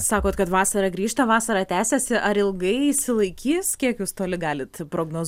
sakot kad vasara grįžta vasara tęsiasi ar ilgai išsilaikys kiek jūs toli galit prognoz